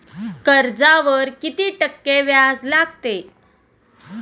कर्जावर किती टक्के व्याज लागते?